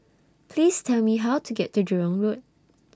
Please Tell Me How to get to Jurong Road